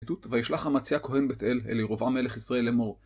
וישלח המציא הכהן בית אל אל ירבעם מלך ישראל לאמור.